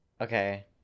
okay